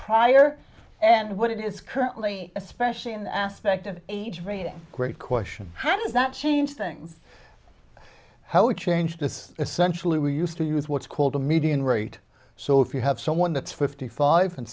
prior and what it is currently especially in the aspect of age rating great question how does that change things how we changed is essentially we used to use what's called a median rate so if you have someone that's fifty five and